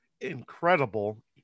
incredible